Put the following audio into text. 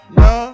no